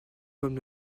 comme